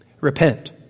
Repent